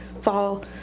fall